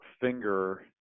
finger